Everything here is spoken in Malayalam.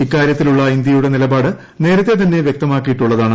ഇക്കാര്യത്തിലുള്ള ഇന്ത്യയുടെ നിലപാട് നേരത്തെ തന്നെ വ്യക്തമാക്കിയിട്ടുള്ളതാണ്